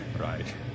Right